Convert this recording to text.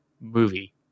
movie